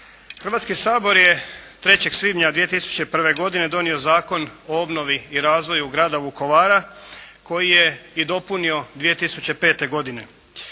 Hrvatski sabor je 3. svibnja 2001. godine donio Zakon o obnovi i razvoju grada Vukovara koji je i dopunio 2005. godine.